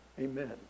Amen